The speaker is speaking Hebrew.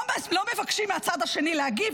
לא מבקשים מהצד השני להגיב,